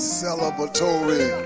celebratory